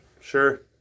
Sure